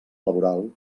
laboral